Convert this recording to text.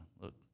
look